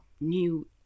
new